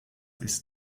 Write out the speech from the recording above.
ist